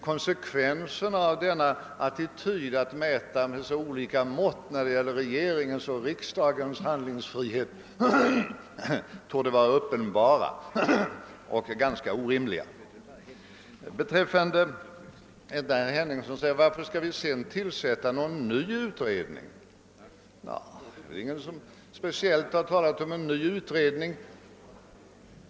Konsekvenserna av att mäta med så olika mått när det gäller regeringens och riksdagens handlings frihet torde vara uppenbara och ganska orimliga. Herr Henningsson frågade, varför vi vill tillsätta en ny utredning, men det är väl ingen som talat om en sådan.